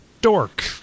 dork